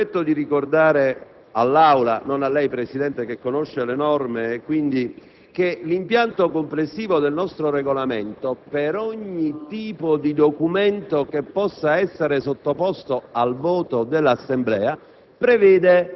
Mi permetto di ricordare all'Aula - non a lei, signor Presidente, che ben conosce le norme - che l'impianto complessivo del nostro Regolamento per ogni tipo di documento sottoposto al voto dell'Assemblea